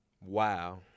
Wow